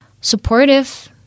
supportive